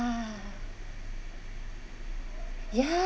ya